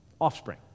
offspring